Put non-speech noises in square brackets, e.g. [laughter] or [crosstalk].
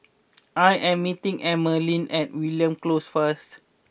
[noise] I am meeting Emeline at Mariam Close first